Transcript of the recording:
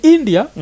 India